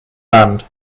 band